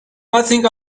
nothing